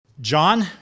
John